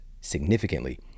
significantly